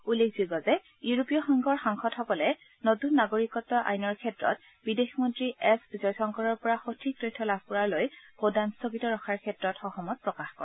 উল্লেখযোগ্য যে ইউৰোপীয় সংঘৰ সাংসদসকলে নতুন নাগৰিকত্ আইনৰ ক্ষেত্ৰত বিদেশমন্ত্ৰী এছ জয়শংকৰৰ পৰা সঠিক তথ্য লাভ কৰালৈ ভোটদান স্থগিত ৰখাৰ ক্ষেত্ৰত সহমত প্ৰকাশ কৰে